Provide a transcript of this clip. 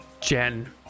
Jen